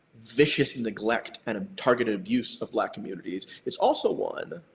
vicious neglect and a targeted abuse of black communities, it's also one